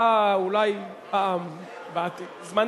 אתה אולי, פעם, בעתיד.